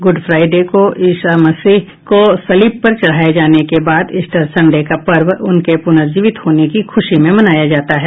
good Friday को ईसा मसीह को सलीब पर चढ़ाये जाने के बाद ईस्टर संडे का पर्व उनके पुनर्जीवित होने की खुशी में मनाया जाता है